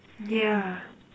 yeah